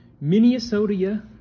Minnesota